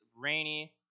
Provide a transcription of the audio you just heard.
rainy